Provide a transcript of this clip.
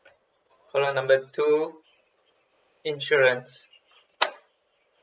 caller number two insurance